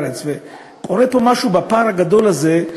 קורה פה משהו בפער הגדול הזה,